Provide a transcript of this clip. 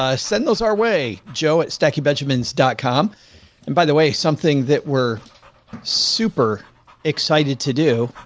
ah send those our way, joe at stackingbenjamins dot com and by the way, something that we're super excited to do,